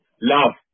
love